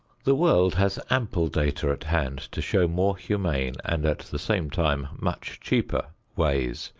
the world has ample data at hand to show more humane and at the same time much cheaper ways,